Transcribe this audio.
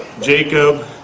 Jacob